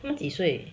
他们几岁